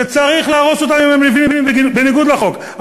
וצריך להרוס אותם אם הם נבנים בניגוד לחוק,